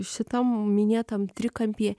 šitam minėtam trikampyje